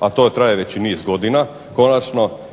i to traje već niz godina,